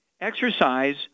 exercise